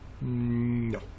no